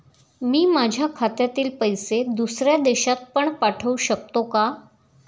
मी माझ्या खात्यातील पैसे दुसऱ्या देशात पण पाठवू शकतो का?